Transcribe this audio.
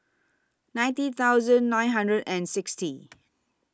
ninety thousand nine hundred and sixty